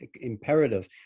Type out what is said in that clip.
Imperative